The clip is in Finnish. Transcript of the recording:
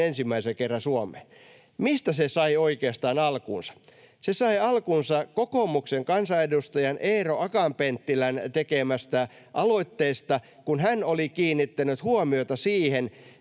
ensimmäisen kerran Suomeen. Mistä se sai oikeastaan alkunsa? Se sai alkunsa kokoomuksen kansanedustajan Eero Akaan-Penttilän tekemästä aloitteesta, kun hän oli kiinnittänyt huomiota siihen,